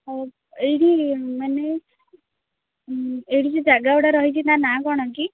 ହଉ ଏଇଠି ମାନେ ଏଇଠି ଯେଉଁ ଜାଗାଗୁଡ଼ା ରହିଛି ତା ନାଁ କ'ଣ କି